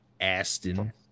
Aston